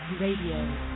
Radio